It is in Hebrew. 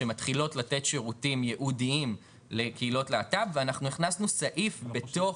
מתחילות לתת שירותים ייעודיים לקהילות הלהט"ב ואנחנו הכנסנו סעיף בתוך.